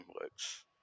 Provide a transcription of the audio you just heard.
works